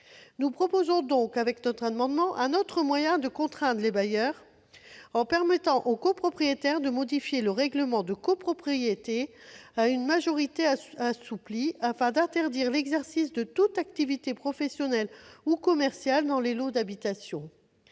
Nous proposons, au travers de cet amendement, un autre moyen de contraindre les bailleurs, en permettant aux copropriétaires de modifier le règlement de copropriété et en assouplissant les règles de majorité, afin d'interdire l'exercice de toute activité professionnelle ou commerciale dans les lots d'habitation.